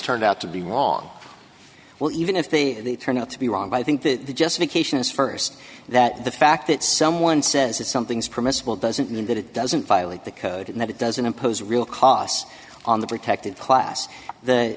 turned out to be wrong well even if they turn out to be wrong but i think that the justification is first that the fact that someone says that something is permissible doesn't mean that it doesn't violate the code in that it doesn't impose real costs on the protected class the